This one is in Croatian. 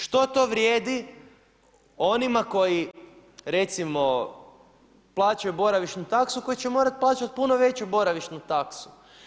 Što to vrijedi onima koji recimo, plaćaju boravišnu taksu koji će morat plaćat puno veću boravišnu taksu.